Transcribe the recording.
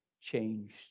Changed